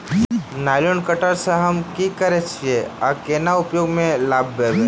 Nylon cutter सँ हम की करै छीयै आ केना उपयोग म लाबबै?